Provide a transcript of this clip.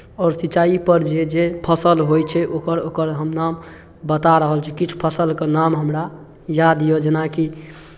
आओर सिंचाइपर जे जे फसल होइ छै ओकर ओकर हम नाम बता रहल छी किछु फसलके नाम हमरा याद यए जेनाकि